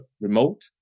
remote